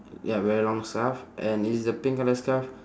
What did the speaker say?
ya wearing long scarf and is the pink colour scarf